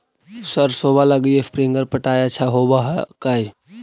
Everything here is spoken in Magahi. सरसोबा लगी स्प्रिंगर पटाय अच्छा होबै हकैय?